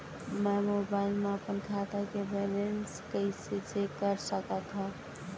मैं मोबाइल मा अपन खाता के बैलेन्स कइसे चेक कर सकत हव?